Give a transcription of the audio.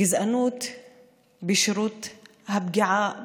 גזענות בשירות הפגיעה בבריאות.